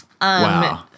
Wow